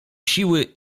siły